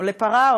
או לפרה,